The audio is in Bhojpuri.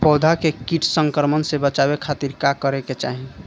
पौधा के कीट संक्रमण से बचावे खातिर का करे के चाहीं?